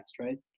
right